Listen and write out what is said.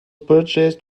purchased